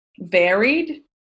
varied